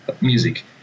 music